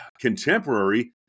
contemporary